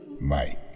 Mike